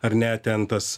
ar ne ten tas